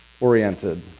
oriented